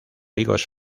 higos